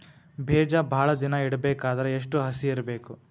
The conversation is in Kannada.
ಬೇಜ ಭಾಳ ದಿನ ಇಡಬೇಕಾದರ ಎಷ್ಟು ಹಸಿ ಇರಬೇಕು?